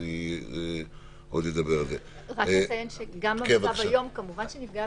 רק נציין שגם במצב היום כמובן שנפגעי